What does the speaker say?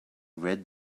red